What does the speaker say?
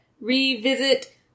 Revisit